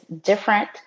different